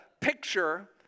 picture